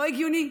לא הגיוני.